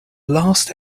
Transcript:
last